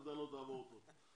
אתה לא תעבור את התקופה שהוא היה.